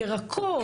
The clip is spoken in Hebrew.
ירקות.